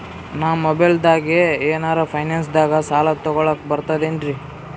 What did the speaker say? ನಾ ಮೊಬೈಲ್ದಾಗೆ ಏನರ ಫೈನಾನ್ಸದಾಗ ಸಾಲ ತೊಗೊಲಕ ಬರ್ತದೇನ್ರಿ?